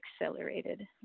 accelerated